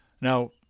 Now